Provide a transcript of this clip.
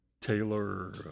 Taylor